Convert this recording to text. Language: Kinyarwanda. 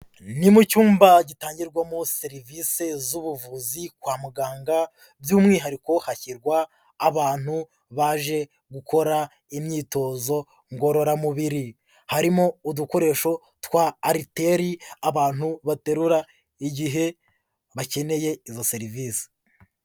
Ni mu cyumba gitangirwamo serivisi z'ubuvuzi kwa muganga by'umwihariko hashyirwa abantu baje gukora imyitozo ngororamubiri, harimo udukoresho twa ariteri abantu baterura igihe bakeneye izo serivisi.